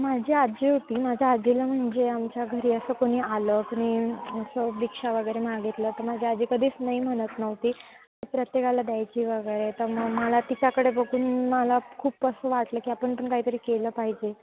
माझी आजी होती माझ्या आजीला म्हणजे आमच्या घरी असं कोणी आलं कुणी असं भिक्षा वगैरे मागितलं तर माझी आजी कधीच नाही म्हणत नव्हती प्रत्येकाला द्यायची वगैरे तर मग मला तिच्याकडे बघून मला खूप असं वाटलं की आपण पण काहीतरी केलं पाहिजे